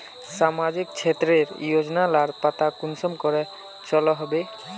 सामाजिक क्षेत्र रेर योजना लार पता कुंसम करे चलो होबे?